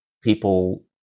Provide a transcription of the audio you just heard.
people